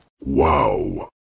Wow